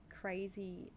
crazy